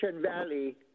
valley